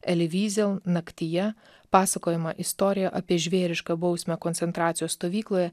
elivizel naktyje pasakojama istorija apie žvėrišką bausmę koncentracijos stovykloje